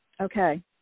Okay